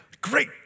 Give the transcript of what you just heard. great